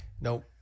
Nope